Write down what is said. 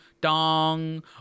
dong